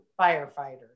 firefighters